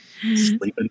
sleeping